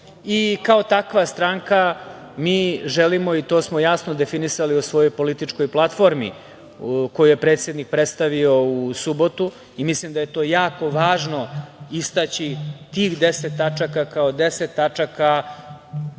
Kao takva stranka, mi želimo i to smo jasno definisali u svojoj političkoj platformi koju je predsednik predstavio u subotu, mislim da je to jako važno istaći, tih deset tačaka kao deset tačaka